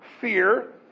fear